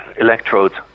electrodes